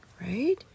Right